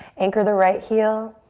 anchor the right heel.